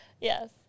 Yes